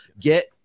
get